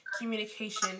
Communication